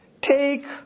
take